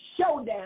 showdown